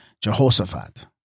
Jehoshaphat